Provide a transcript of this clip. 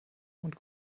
und